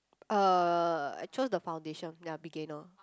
uh I choose the foundation ya beginner